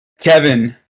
Kevin